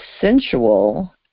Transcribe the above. sensual